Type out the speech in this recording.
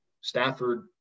Stafford